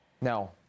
No